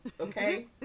Okay